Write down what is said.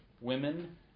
women